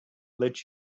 let